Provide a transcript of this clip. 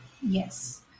Yes